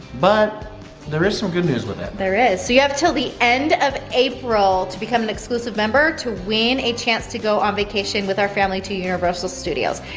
but there is some good news with it. there is, so you have til the end of april to become an exclusive member, to win a chance to go on vacation with our family to universal studios,